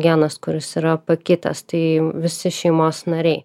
genas kuris yra pakitęs tai visi šeimos nariai